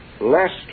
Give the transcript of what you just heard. last